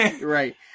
Right